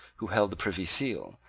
who held the privy seal,